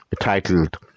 titled